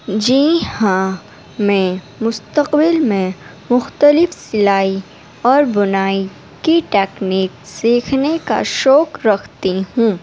جی ہاں میں مستقبل میں مختلف سلائی اور بنائی کی ٹیکنیک سیکھے کا شوق رکھتی ہوں